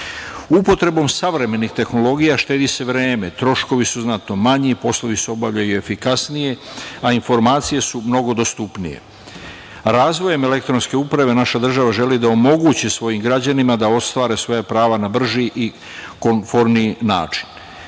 države. Upotrebom savremenih tehnologija štedi se vreme, troškovi su znatno manji, poslovi se obavljaju efikasnije, a informacije su mnogo dostupnije. Razvojem elektronske uprave naša država želi da omogući svojim građanima da ostvare svoja prava na brži i komforniji